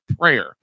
prayer